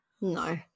no